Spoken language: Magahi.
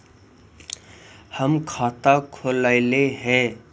हम खाता खोलैलिये हे?